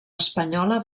espanyola